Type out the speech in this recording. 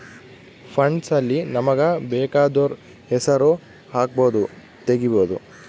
funds ಅಲ್ಲಿ ನಮಗ ಬೆಕಾದೊರ್ ಹೆಸರು ಹಕ್ಬೊದು ತೆಗಿಬೊದು